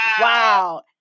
Wow